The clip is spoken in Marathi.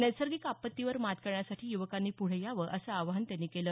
नैसर्गिक आपत्तीवर मात करण्यासाठी युवकांनी पुढे यावं असं आवाहन त्यांनी केलं